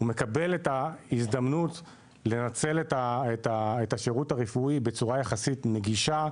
הוא מקבל את ההזדמנות לנצל את השירות הרפואי בצורה יחסית נגישה,